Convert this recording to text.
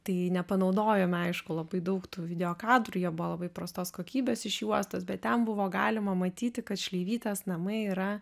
tai nepanaudojome aišku labai daug tų videokadrų jie buvo labai prastos kokybės iš juostos bet ten buvo galima matyti kad šleivytės namai yra